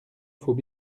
faut